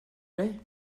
plaît